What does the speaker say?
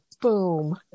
boom